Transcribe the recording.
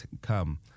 come